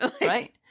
right